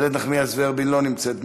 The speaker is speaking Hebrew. איילת נחמיאס ורבין, לא נמצאת.